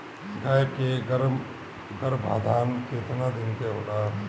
गाय के गरभाधान केतना दिन के होला?